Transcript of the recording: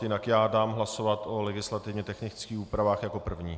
Jinak já dám hlasovat o legislativně technických úpravách jako první.